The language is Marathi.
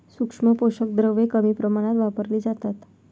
सूक्ष्म पोषक द्रव्ये कमी प्रमाणात वापरली जातात